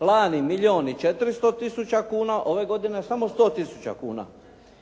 lani milijun i 400 tisuća kuna, ove godine samo 100 tisuća kuna.